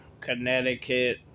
Connecticut